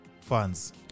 fans